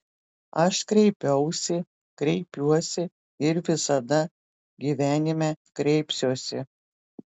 aš kreipiausi kreipiuosi ir visada gyvenime kreipsiuosi